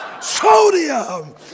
Sodium